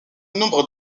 nombre